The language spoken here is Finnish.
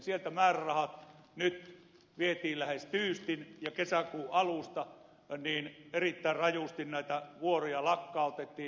sieltä määrärahat nyt vietiin lähes tyystin ja kesäkuun alusta erittäin rajusti näitä vuoroja lakkautettiin